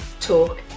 talk